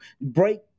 Break